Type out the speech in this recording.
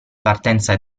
partenza